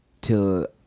Till